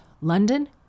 London